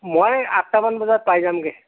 মই আঠটামান বজাত পাই যামগৈ